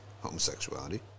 homosexuality